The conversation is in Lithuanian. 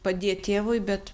padėt tėvui bet